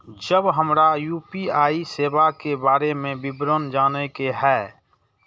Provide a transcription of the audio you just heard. जब हमरा यू.पी.आई सेवा के बारे में विवरण जाने के हाय?